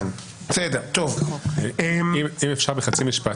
אם אפשר בחצי משפט,